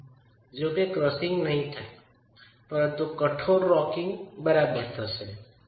જો કે ક્રસીંગ નહી થાય પરંતુ કઠોર રોકિંગ બરાબર થશે